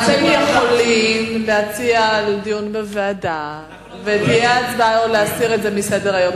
אתם יכולים להציע דיון בוועדה ותהיה הצעה להסיר את זה מסדר-היום.